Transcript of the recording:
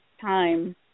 time